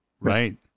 Right